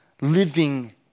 living